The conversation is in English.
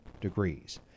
degrees